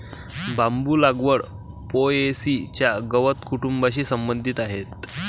बांबू लागवड पो.ए.सी च्या गवत कुटुंबाशी संबंधित आहे